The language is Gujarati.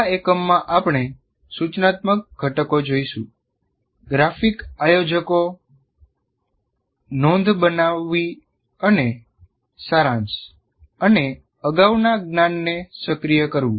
આ એકમમાં આપણે સૂચનાત્મક ઘટકો જોઈશું ગ્રાફિક આયોજકો નોંધ બનાવવી અને સારાંશ અને અગાઉના જ્ઞાનને સક્રિય કરવું